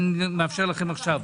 אני מאפשר לכם עכשיו.